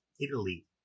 Italy